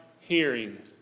hearing